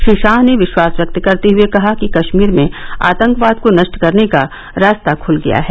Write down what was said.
श्री शाह ने विश्वास व्यक्त करते हुए कहा कि कश्मीर में आतंकवाद को नष्ट करने का रास्ता खुल गया है